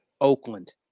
Oakland